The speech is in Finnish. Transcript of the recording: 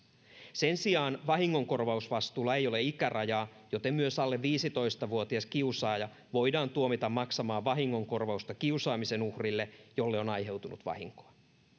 sen sijaan vahingonkorvausvastuulla ei ole ikärajaa joten myös alle viisitoista vuotias kiusaaja voidaan tuomita maksamaan vahingonkor vausta kiusaamisen uhrille jolle on aiheutunut vahinkoa